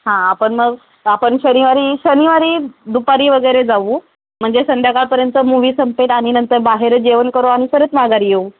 हां आपण मग आपण शनिवारी शनिवारी दुपारी वगैरे जाऊ म्हणजे संध्याकाळपर्यंत मूवी संपेल आणि नंतर बाहेर जेवण करू आणि परत माघारी येऊ